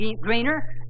greener